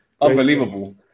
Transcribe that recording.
unbelievable